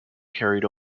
carried